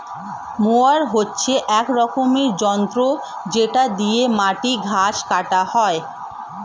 mower হচ্ছে এক রকমের যন্ত্র যেটা দিয়ে মাটির ঘাস কাটা হয়